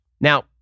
Now